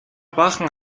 баахан